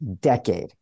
decade